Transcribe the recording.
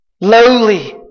Lowly